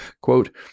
quote